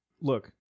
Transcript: look